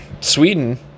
sweden